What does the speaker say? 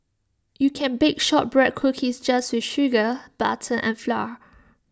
you can bake Shortbread Cookies just with sugar butter and flour